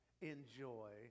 enjoy